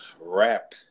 wrap